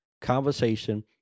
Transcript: conversation